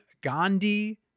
gandhi